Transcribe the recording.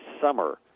summer